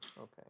Okay